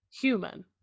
human